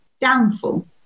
downfall